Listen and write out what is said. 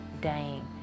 dying